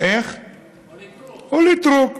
פוליטרוק.